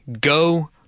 Go